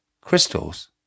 crystals